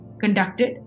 conducted